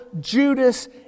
Judas